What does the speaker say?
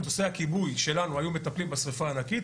מטוסי הכיבוי שלנו היו מטפלים בשריפה הענקית